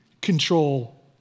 control